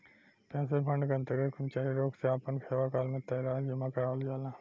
pension fund के अंतर्गत कर्मचारी लोग से आपना सेवाकाल में तय राशि जामा करावल जाला